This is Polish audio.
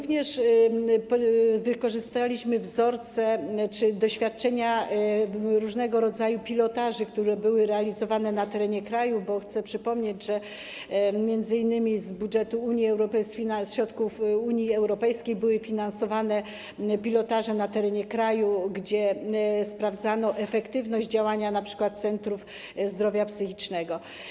Wykorzystaliśmy również wzorce czy doświadczenia różnego rodzaju pilotaży, które były przeprowadzane na terenie kraju, bo chcę przypomnieć, że m.in. z budżetu Unii Europejskiej, ze środków Unii Europejskiej były finansowane pilotaże na terenie kraju, w ramach których sprawdzano efektywność działania np. centrów zdrowia psychicznego.